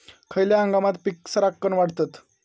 खयल्या हंगामात पीका सरक्कान वाढतत?